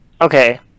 okay